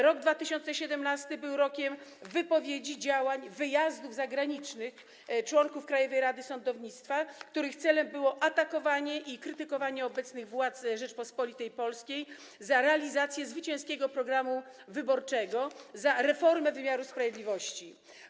Rok 2017 był rokiem wypowiedzi, działań, wyjazdów zagranicznych członków Krajowej Rady Sądownictwa, których celem było atakowanie i krytykowanie obecnych władz Rzeczypospolitej Polskiej za realizację zwycięskiego programu wyborczego, za reformę wymiaru sprawiedliwości.